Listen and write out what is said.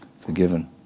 forgiven